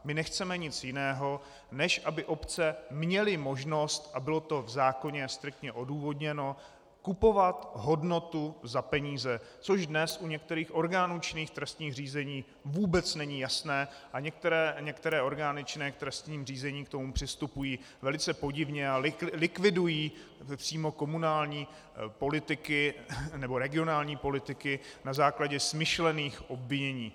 My nechceme nic jiného, než aby obce měly možnost a bylo to v zákoně a striktně odůvodněno kupovat hodnotu za peníze, což dnes u některých orgánů činných v trestním řízení vůbec není jasné a některé orgány činné v trestním řízení k tomu přistupují velice podivně a likvidují přímo komunální a regionální politiky na základě smyšlených obvinění.